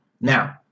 Now